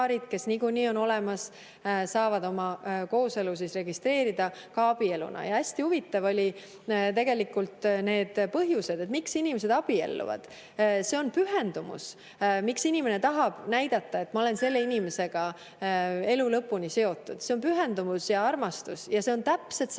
kes niikuinii on olemas, saavad oma kooselu registreerida ka abieluna. Hästi huvitavad on tegelikult need põhjused, miks inimesed abielluvad. See on pühendumus. Miks inimene tahab näidata, et ma olen selle inimesega elu lõpuni seotud? See on pühendumus ja armastus. Ja see on täpselt sama